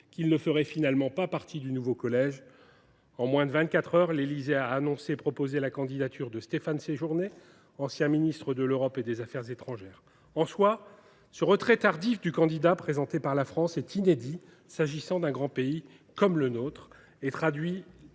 qu’il ne ferait finalement pas partie du nouveau collège. En moins de vingt quatre heures, l’Élysée a proposé la candidature de Stéphane Séjourné, ancien ministre de l’Europe et des affaires étrangères. Le retrait tardif d’un candidat est inédit, s’agissant d’un grand pays comme le nôtre, et traduit